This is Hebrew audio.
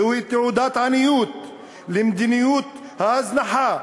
זו תעודת עניות על מדיניות ההזנחה,